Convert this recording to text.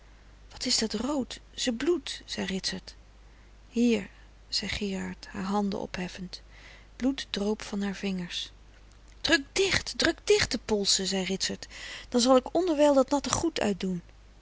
wat is dat rood ze bloedt zei ritsert hier zei gerard haar handen opheffend bloed droop van haar vingers druk dicht druk dicht de polsen zei ritsert dan zal ik onderwijl dat natte goed uitdoen